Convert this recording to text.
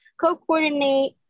co-coordinate